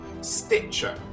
Stitcher